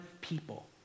people